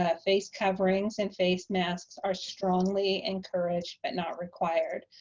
ah face coverings and face masks are strongly encouraged, but not required.